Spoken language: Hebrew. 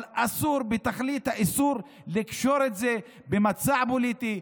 אבל אסור בתכלית האיסור לקשור את זה במצע פוליטי,